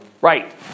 Right